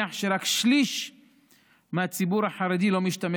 נניח שרק שליש מהציבור החרדי לא משתמש